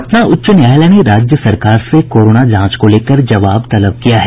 पटना उच्च न्यायालय ने राज्य सरकार से कोरोना जांच को लेकर जबाव तलब किया है